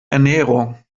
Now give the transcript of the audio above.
ernährung